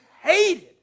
hated